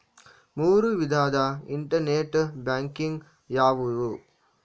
ಮೂರು ವಿಧದ internet banking ಯಾವುವು?